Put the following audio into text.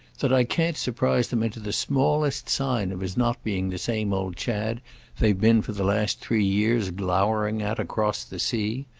that i can't surprise them into the smallest sign of his not being the same old chad they've been for the last three years glowering at across the sea.